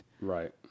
Right